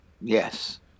Yes